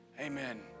Amen